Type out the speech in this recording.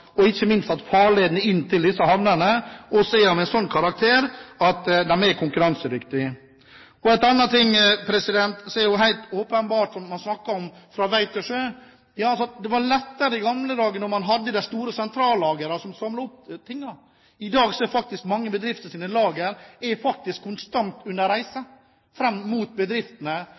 og ikke minst at farleden inn til disse havnene også er av en slik karakter at de er konkurransedyktige. Og en annen ting: Det er jo helt åpenbart når man snakker om transport fra vei til sjø, at det var lettere i gamle dager når man hadde de store sentrallagrene som samlet opp tingene. I dag er faktisk lagrene til mange bedrifter